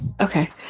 Okay